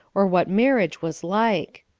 or what marriage was like.